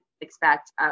expect